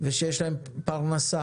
ושיש להם פרנסה.